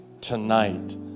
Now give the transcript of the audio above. tonight